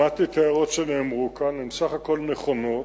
שמעתי את ההערות שנאמרו כאן, הן סך הכול נכונות,